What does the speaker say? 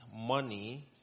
money